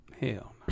Hell